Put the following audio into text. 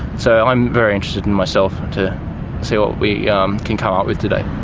so i'm very interested and myself to see what we um can come up with today.